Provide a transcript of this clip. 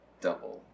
double